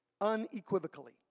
unequivocally